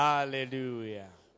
Hallelujah